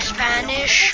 Spanish